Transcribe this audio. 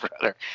brother